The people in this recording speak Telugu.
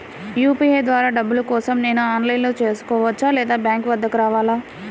యూ.పీ.ఐ ద్వారా డబ్బులు కోసం నేను ఆన్లైన్లో చేసుకోవచ్చా? లేదా బ్యాంక్ వద్దకు రావాలా?